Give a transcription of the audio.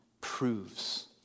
proves